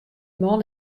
man